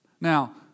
Now